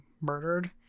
murdered